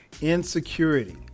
insecurity